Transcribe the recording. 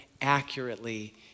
accurately